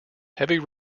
heavy